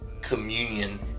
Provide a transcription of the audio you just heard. communion